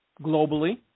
globally